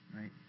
right